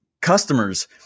customers